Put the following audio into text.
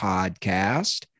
Podcast